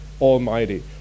Almighty